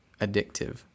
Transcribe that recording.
addictive